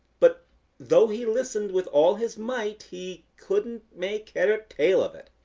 but though he listened with all his might he couldn't make head or tail of it.